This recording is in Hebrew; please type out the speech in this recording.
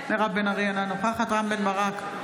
מירב בן ארי, אינה נוכחת רם בן ברק,